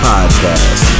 Podcast